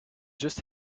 just